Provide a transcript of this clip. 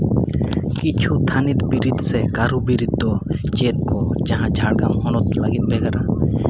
ᱠᱤᱪᱷᱩ ᱛᱷᱟᱹᱱᱤᱛ ᱵᱤᱨᱤᱫ ᱥᱮ ᱠᱟᱹᱨᱩ ᱵᱤᱨᱤᱫ ᱫᱚ ᱪᱮᱫ ᱠᱚ ᱡᱟᱦᱟᱸ ᱡᱷᱟᱲᱜᱨᱟᱢ ᱦᱚᱱᱚᱛ ᱞᱟᱹᱜᱤᱫ ᱵᱷᱮᱜᱟᱨᱟ